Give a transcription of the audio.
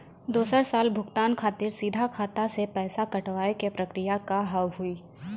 दोसर साल भुगतान खातिर सीधा खाता से पैसा कटवाए के प्रक्रिया का हाव हई?